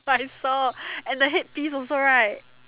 but I saw and the headpiece also right